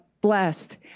blessed